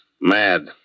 Mad